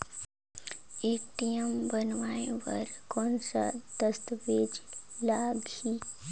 ATM बनवाय बर कौन का दस्तावेज लगही?